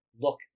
look